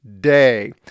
day